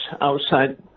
outside